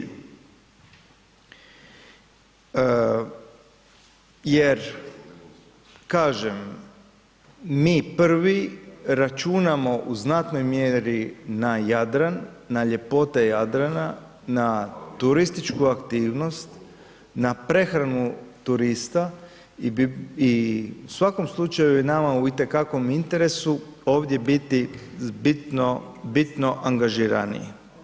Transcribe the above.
Jer kažem mi prvi računamo u znatnoj mjeri na Jadran, na ljepote Jadrana, na turističku aktivnost, na prehranu turista i u svakom slučaju je nama i u te kakvom interesu ovdje biti bitno, bitno angažiraniji.